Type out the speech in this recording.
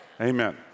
Amen